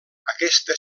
aquesta